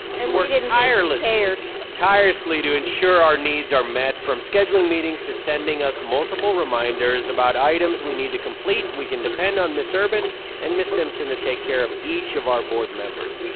and worked tirelessly. tirelessly, to ensure our needs are met, from scheduling meetings, to sending us multiple reminders about items we need to complete. we can depend on miss urban and miss simpson to take care of each of our board members.